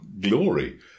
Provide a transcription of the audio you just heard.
glory